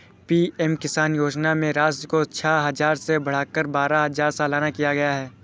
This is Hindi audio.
पी.एम किसान योजना में राशि को छह हजार से बढ़ाकर बारह हजार सालाना किया गया है